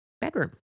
bedroom